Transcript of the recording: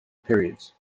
periods